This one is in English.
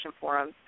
forum